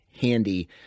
handy